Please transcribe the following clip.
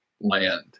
land